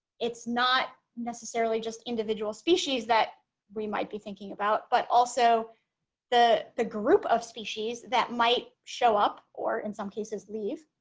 it's not necessarily just individual species that we might be thinking about but also the the group of species that might show up or in some cases leave